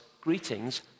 greetings